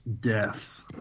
death